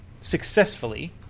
successfully